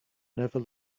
never